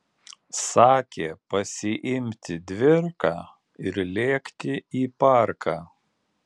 sakė pasiimti dvirką ir lėkti į parką